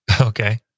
Okay